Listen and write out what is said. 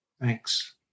Thanks